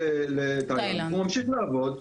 הוא ממשיך לעבוד,